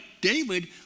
David